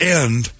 end